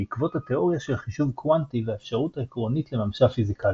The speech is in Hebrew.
בעקבות התאוריה של חישוב קוונטי והאפשרות העקרונית לממשה פיזיקלית.